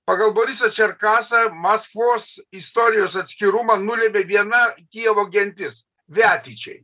pagal borisą čerkasą maskvos istorijos atskirumą nulėmė viena kijevo gentis viatičiai